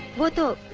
what are